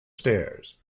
stairs